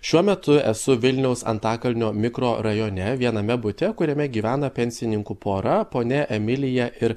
šiuo metu esu vilniaus antakalnio mikrorajone viename bute kuriame gyvena pensininkų pora ponia emilija ir